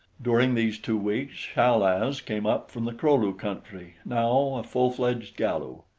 during these two weeks chal-az came up from the kro-lu country, now a full-fledged galu.